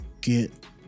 get